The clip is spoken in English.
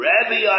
Rabbi